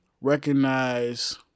recognize